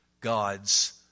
gods